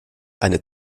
eine